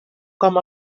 com